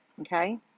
Okay